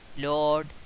Lord